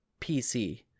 PC